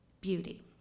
beauty